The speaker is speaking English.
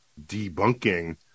debunking